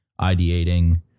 ideating